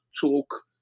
talk